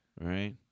Right